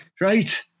right